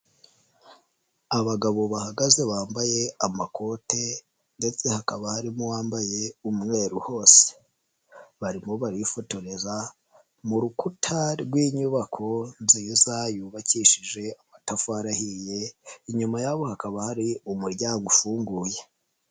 Abagabo bahagaze bambaye amakote ndetse hakaba harimo uwambaye umweru hose, barimo barifotoreza mu rukuta rw'inyubako nziza yubakishije amatafari ahiye, inyuma yabo hakaba hari umuryango ufunguye.